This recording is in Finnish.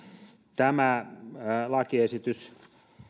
tämä lakiesitys